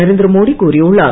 நரேந்திர மோடி கூறியுள்ளார்